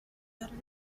better